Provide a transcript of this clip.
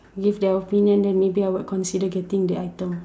give their opinion then maybe I would consider getting the item